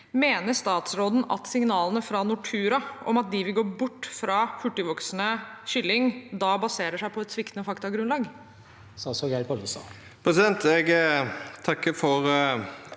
Mener statsråden at signalene fra Nortura om at de vil gå bort fra hurtigvoksende kylling, da baserer seg på et sviktende faktagrunnlag? Statsråd Geir